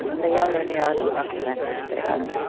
and the younger they are, the more connected they are.